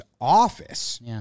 office